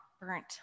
burnt